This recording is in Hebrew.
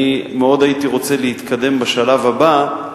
אני מאוד הייתי רוצה להתקדם בשלב הבא,